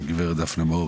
גברת דפנה מור,